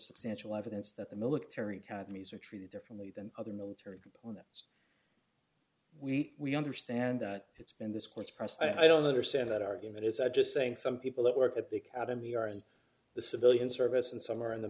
substantial evidence that the military academies are treated differently than other military components we understand it's been this close pressed i don't understand that argument is i'm just saying some people that work at the academy are in the civilian service and some are in the